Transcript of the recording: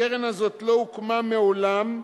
הקרן הזאת לא הוקמה מעולם,